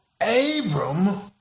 Abram